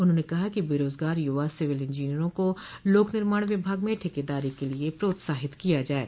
उन्होंने कहा कि बेरोजगार युवा सिविल इंजीनियरों को लोकनिर्माण विभाग में ठेकेदारी के लिये प्रोत्साहित किया जाये